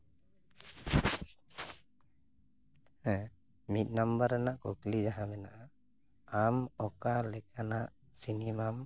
ᱦᱮᱸ ᱢᱤᱫ ᱱᱟᱢᱵᱟᱨ ᱨᱮᱱᱟᱜ ᱠᱩᱠᱞᱤ ᱡᱟᱦᱟᱸ ᱢᱮᱱᱟᱜᱼᱟ ᱟᱢ ᱚᱠᱟᱞᱮᱠᱟᱱᱟᱜ ᱥᱤᱱᱮᱢᱟᱢ